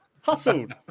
Hustled